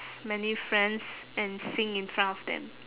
many friends and sing in front of them